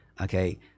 okay